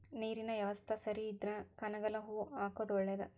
ನೇರಿನ ಯವಸ್ತಾ ಸರಿ ಇದ್ರ ಕನಗಲ ಹೂ ಹಾಕುದ ಒಳೇದ